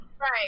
right